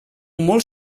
molt